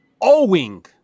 Owing